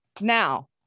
now